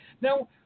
Now